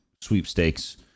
sweepstakes